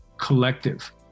collective